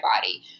body